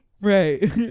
Right